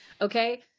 Okay